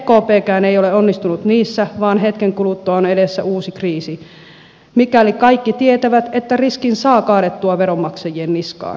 ekpkään ei ole onnistunut niissä vaan hetken kuluttua on edessä uusi kriisi mikäli kaikki tietävät että riskin saa kaadettua veronmaksajien niskaan